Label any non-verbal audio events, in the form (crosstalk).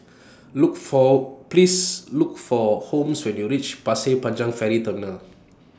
(noise) Look For Please Look For Holmes when YOU REACH Pasir Panjang Ferry Terminal (noise)